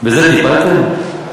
בזה טיפלתם?